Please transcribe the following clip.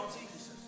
Jesus